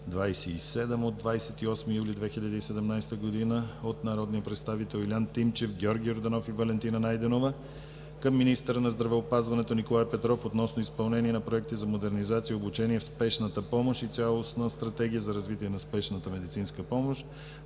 от 28 юли 2017 г. от народния представител Илиян Тимчев, Георги Йорданов и Валентина Найденова към министъра на здравеопазването Николай Петров, относно изпълнение на проекти за модернизация и обучение в спешната помощ и цялостна Стратегия за развитие на спешната медицинска помощ.